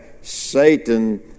Satan